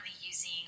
using